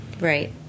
Right